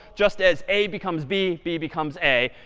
just as a becomes b, b becomes a.